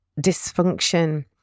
dysfunction